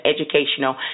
educational